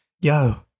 Yo